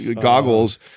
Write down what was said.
goggles